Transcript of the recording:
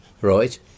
right